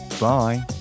Bye